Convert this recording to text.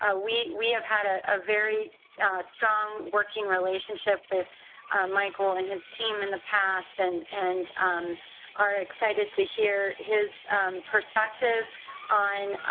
ah we we have had a ah very strong working relationship with michael and his team in the past, and and are excited to hear his perspectives on,